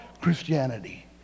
Christianity